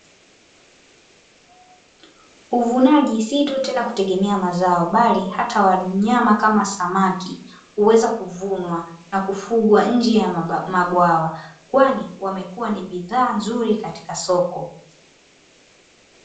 Uvunaji si tu tena kutegemea mazao bali wanyama kama samaki, huweza kuvunwa na kufugwa nje ya mabwawa kwani wamekuwa ni bidhaa nzuri katika soko.